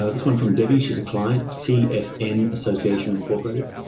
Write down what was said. ah this one from debbie, she's a client, cfn and association incorporated.